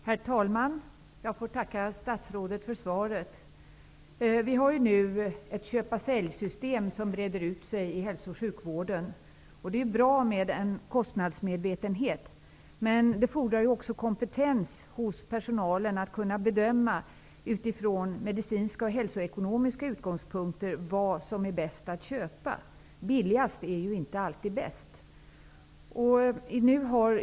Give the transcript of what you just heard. Herr talman! Jag får tacka statsrådet för svaret. Ett köp-sälj-system breder nu ut sig i hälso och sjukvården, och det är bra att det finns en kostnadsmedvetenhet. Men det fordras också att personalen är kompetent att från medicinska och hälsoekonomiska utgångspunkter bedöma vad som är bäst att köpa. Billigast är ju inte alltid bäst.